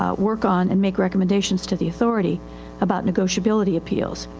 ah work on and make recommendations to the authority about negotiability appeals.